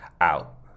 out